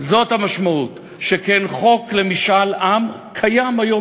על עיצוב כל אחד ואחד מהעם הזה,